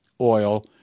oil